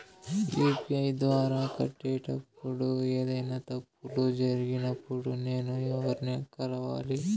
UPI ద్వారా కట్టేటప్పుడు ఏదైనా తప్పులు జరిగినప్పుడు నేను ఎవర్ని కలవాలి?